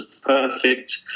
perfect